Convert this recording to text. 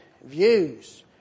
views